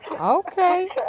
Okay